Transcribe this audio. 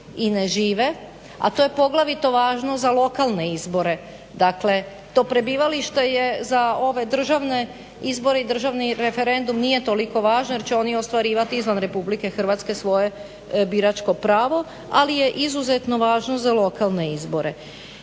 i ne žive, a to je poglavito važno za lokalne izbore. Dakle to prebivalište je za ove državne izbore i državni referendum nije toliko važan jer će oni ostvarivati izvan RH svoje biračko pravo. Ali je izuzetno važno za lokalne izbore.